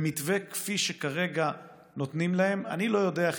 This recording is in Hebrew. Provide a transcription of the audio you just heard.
במתווה כפי שכרגע נותנים להם אני לא יודע איך